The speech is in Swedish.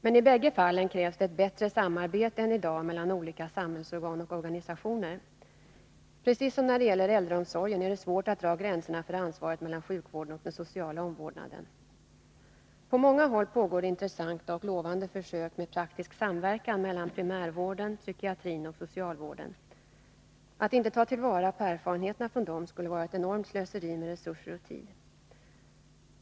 Men i bägge fallen krävs det ett bättre samarbete än i dag mellan olika samhällsorgan och organisationer. Precis som när det gäller äldreomsorgen är det svårt att dra gränserna för ansvaret mellan sjukvården och den sociala omvårdnaden. På många håll pågår det intressanta och lovande försök med praktisk samverkan mellan primärvården, psykiatrin och socialvården. Att inte ta till vara erfarenheterna från dem skulle vara ett enormt slöseri med resurser och tid.